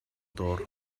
door